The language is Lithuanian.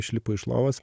išlipo iš lovos